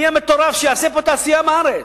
מי המטורף שיעשה פה תעשייה בארץ?